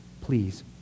Please